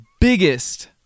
biggest